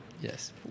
Yes